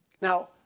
Now